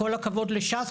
כל הכבוד לש"ס,